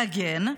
again,